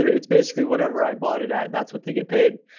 it's basically whatever i bought it at, that's what they get paid,